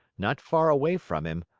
not far away from him,